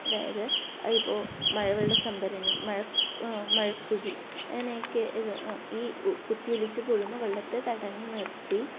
അതായത് അതിപ്പോൾ മഴവെള്ള സംഭരണി മഴ മഴക്കുഴി അങ്ങനെയൊക്കെ ഇത് ഈ കുത്തി ഒലിച്ച് പോകുന്ന വെള്ളത്തെ തടഞ്ഞ് നിർത്തി